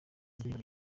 ndirimbo